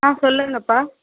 ஆ சொல்லுங்கப்பா